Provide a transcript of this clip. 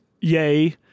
yay